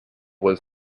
was